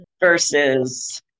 versus